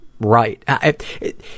right